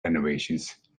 renovations